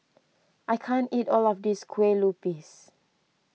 I can't eat all of this Kueh Lupis